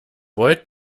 volt